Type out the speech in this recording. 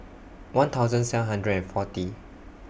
one thousand seven hundred and forty